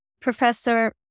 Professor